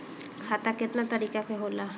खाता केतना तरीका के होला?